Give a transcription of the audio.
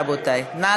רבותי, נא